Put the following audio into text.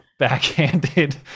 backhanded